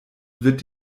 wird